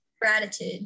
gratitude